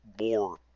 more